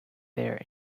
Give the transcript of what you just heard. there